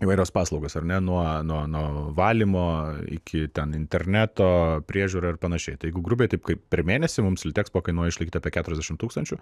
įvairios paslaugos ar ne nuo nuo nuo valymo iki ten interneto priežiūra ir panašiai tai jeigu grubiai taip kaip per mėnesį mums litexpo kainuoja išlaikyt apie keturiasdešimt tūkstančių